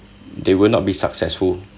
they would not be successful